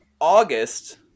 august